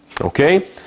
okay